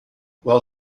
while